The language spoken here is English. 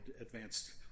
advanced